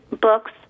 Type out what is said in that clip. books